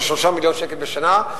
או 3 מיליון שקל בשנה,